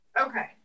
Okay